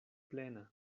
plena